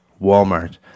Walmart